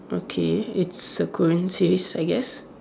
okay it's a Korean series I guess